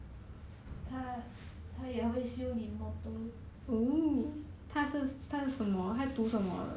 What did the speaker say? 他他也会修理 motor